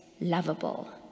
lovable